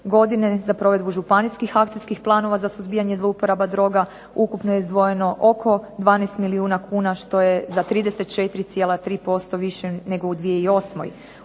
godine za provedbu županijskih akcijskih planova za suzbijanje zlouporaba droga, ukupno je izdvojeno oko 12 milijuna kuna što je za 34,3% više nego u 2008.